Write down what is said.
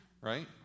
right